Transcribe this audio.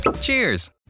Cheers